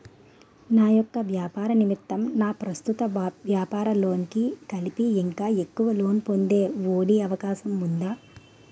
నా యెక్క వ్యాపార నిమిత్తం నా ప్రస్తుత వ్యాపార లోన్ కి కలిపి ఇంకా ఎక్కువ లోన్ పొందే ఒ.డి అవకాశం ఉందా?